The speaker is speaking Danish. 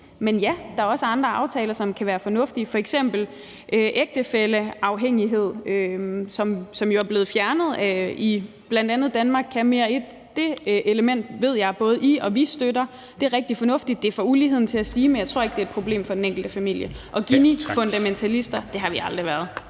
Men ja, der er også andre aftaler, som kan være fornuftige. Der er f.eks. ægtefælleafhængighed, som jo er blevet fjernet i bl.a. »Danmark kan mere I«, og det element ved jeg at både I og vi støtter. Det er rigtig fornuftigt. Det får uligheden til at stige, men jeg tror ikke, det er et problem for den enkelte familie. Og Ginifundamentalister har vi aldrig været.